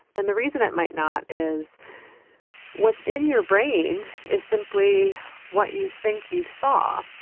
and the reason it might not is what's in your brain is simply what you think you saw.